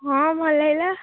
ହଁ ଭଲ ଲାଗିଲା